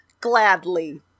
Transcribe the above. Gladly